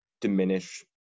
diminish